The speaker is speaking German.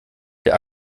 der